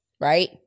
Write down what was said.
Right